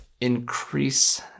increase